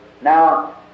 Now